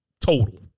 total